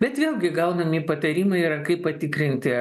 bet vėlgi gaunami patarimai yra kaip patikrinti